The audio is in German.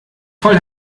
voll